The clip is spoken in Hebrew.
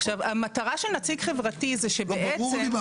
עכשיו, המטרה של נציג חברתי --- ברור לי מה